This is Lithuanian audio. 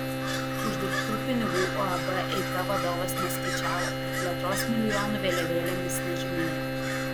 uždirbtų pinigų uab eika vadovas neskaičiavo ir plėtros milijonų vėliavėlėmis nežymėjo